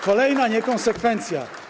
Kolejna niekonsekwencja.